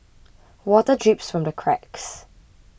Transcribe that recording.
water drips from the cracks